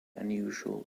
unusual